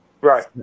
Right